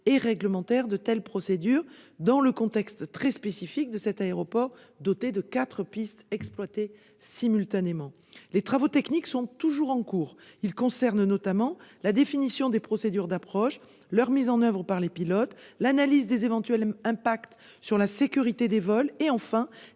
réglementaires de telles procédures, dans le contexte très spécifique de cet aéroport doté de quatre pistes exploitées simultanément. Les travaux techniques sont toujours en cours. Ils concernent notamment la définition des procédures d'approche, leur exploitation par les pilotes, l'analyse des éventuels impacts sur la sécurité des vols et, enfin, les